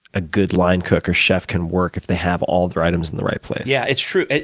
a good line cook, a chef, can work if they have all their items in the right place. yeah, it's true.